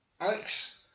Alex